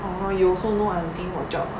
!hannor! you also know I'm looking for a job [what]